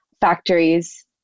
factories